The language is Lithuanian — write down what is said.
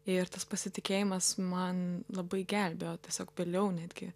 ir tas pasitikėjimas man labai gelbėjo tiesiog vėliau netgi